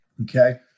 Okay